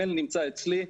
המייל נמצא אצלי,